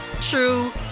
true